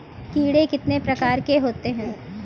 कीड़े कितने प्रकार के होते हैं?